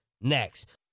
next